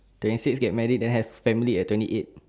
twenty six get married then has family at twenty eight